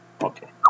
Okay